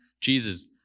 Jesus